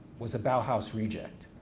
was a bauhaus reject.